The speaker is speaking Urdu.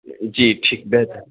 جی ٹھیک بہتر